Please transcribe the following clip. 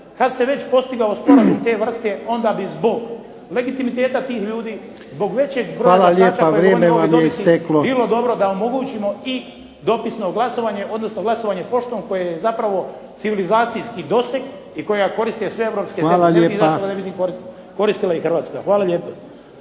Hvala lijepa. Za riječ